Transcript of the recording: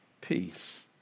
peace